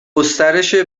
گسترش